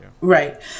Right